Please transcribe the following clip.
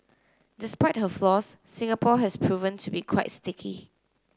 despite her flaws Singapore has proven to be quite sticky